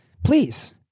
Please